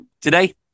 Today